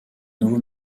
nouveau